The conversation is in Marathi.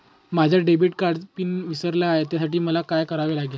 माझ्या डेबिट कार्डचा पिन विसरले आहे त्यासाठी मला काय करावे लागेल?